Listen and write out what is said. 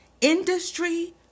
industry